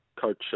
coach